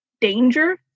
danger